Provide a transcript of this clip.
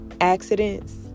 accidents